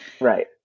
Right